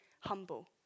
humble